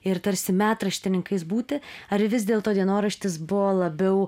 ir tarsi metraštininkais būti ar vis dėlto dienoraštis buvo labiau